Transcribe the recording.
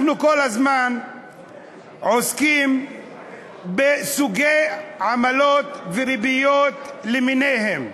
אנחנו כל הזמן עוסקים בסוגי עמלות וריביות למיניהן,